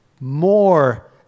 More